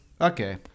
Okay